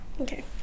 Okay